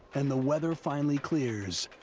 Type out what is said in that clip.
and the weather finally clears.